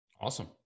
Awesome